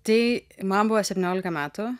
tai man buvo septyniolika metų